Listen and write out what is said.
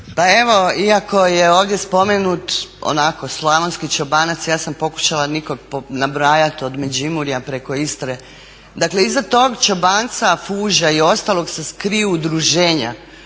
Pa evo iako je ovdje spomenut onako slavonski čobanac ja sam pokušala nikog nabrajati od Međimurja preko Istre. Dakle iza tog čobanca, fuža i ostalog se skriju udružena